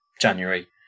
January